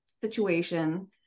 situation